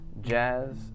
jazz